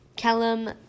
Callum